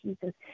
Jesus